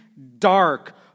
dark